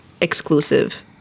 exclusive